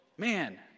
Man